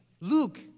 Luke